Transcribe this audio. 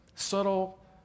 Subtle